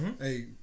hey